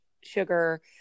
sugar